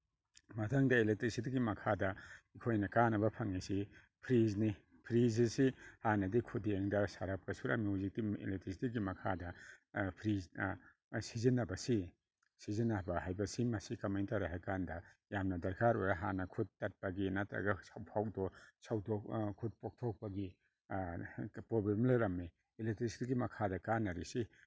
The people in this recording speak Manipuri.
ꯃꯊꯪꯗ ꯑꯦꯂꯦꯛꯇ꯭ꯔꯤꯁꯤꯇꯤꯒꯤ ꯃꯈꯥꯗ ꯑꯩꯈꯣꯏꯅ ꯀꯥꯅꯕ ꯐꯪꯉꯤꯁꯤ ꯐ꯭ꯔꯤꯖꯅꯤ ꯐ꯭ꯔꯤꯖ ꯑꯁꯤ ꯍꯥꯟꯅꯗꯤ ꯈꯨꯗꯦꯡꯗ ꯁꯔꯞꯀ ꯁꯨꯔꯝꯃꯤ ꯍꯧꯖꯤꯛꯇꯤ ꯑꯦꯂꯦꯛꯇ꯭ꯔꯤꯁꯤꯇꯤꯒꯤ ꯃꯈꯥꯗ ꯐ꯭ꯔꯤꯖ ꯁꯤꯖꯤꯟꯅꯕꯁꯤ ꯁꯤꯖꯤꯟꯅꯕ ꯍꯥꯏꯕꯁꯤ ꯃꯁꯤ ꯀꯃꯥꯏ ꯇꯧꯔꯦ ꯍꯥꯏ ꯀꯥꯟꯗ ꯌꯥꯝꯅ ꯗꯔꯀꯥꯔ ꯑꯣꯏꯔꯦ ꯍꯥꯟꯅ ꯈꯨꯠ ꯇꯠꯄꯒꯤ ꯅꯠꯇ꯭ꯔꯒ ꯈꯨꯠ ꯄꯣꯛꯊꯣꯛꯄꯒꯤ ꯄ꯭ꯔꯣꯕ꯭ꯂꯦꯝ ꯂꯩꯔꯝꯃꯤ ꯑꯦꯂꯦꯛꯇ꯭ꯔꯤꯁꯤꯇꯤꯒꯤ ꯃꯈꯥꯗ ꯀꯥꯅꯔꯦ ꯀꯥꯅꯔꯤꯁꯤ